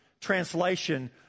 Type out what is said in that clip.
translation